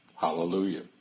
Hallelujah